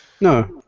No